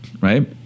Right